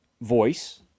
voice